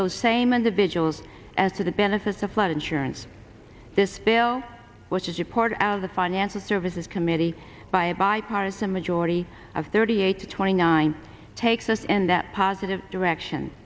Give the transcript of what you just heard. those same individuals as to the benefits of flood insurance this bill which is report out of the financial services committee by a bipartisan majority of thirty eight to twenty nine takes us in that positive direction